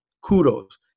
Kudos